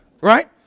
Right